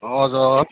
हजुर